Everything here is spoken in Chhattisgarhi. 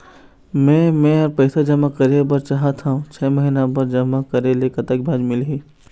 मे मेहर पैसा जमा करें बर चाहत हाव, छह महिना बर जमा करे ले कतक ब्याज मिलही?